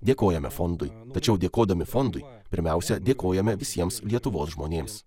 dėkojame fondui tačiau dėkodami fondui pirmiausia dėkojame visiems lietuvos žmonėms